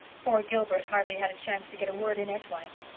poor gilbert hardly had a chance to get a word in edgewise.